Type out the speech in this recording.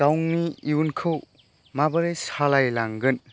गावनि इयुनखौ माबोरै सालायलांगोन